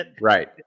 Right